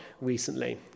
recently